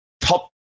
top